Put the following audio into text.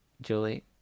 Julie